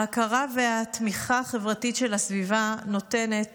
ההכרה והתמיכה החברתית של הסביבה נותנת